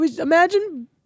Imagine